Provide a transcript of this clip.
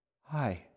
Hi